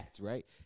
right